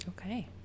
Okay